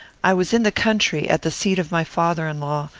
i was in the country, at the seat of my father-in-law,